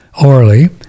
orally